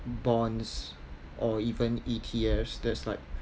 bonds or even E_T_Fs that's like